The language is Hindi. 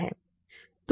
तो ये पीआईडी नहीं हैं